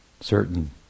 certain